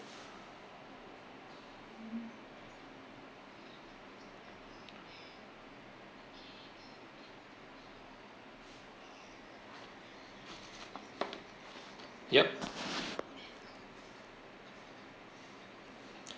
yup